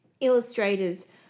illustrators